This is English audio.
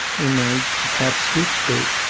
in my half-sleep state,